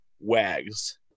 Wags